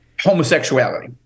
homosexuality